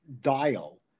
dial